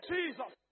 Jesus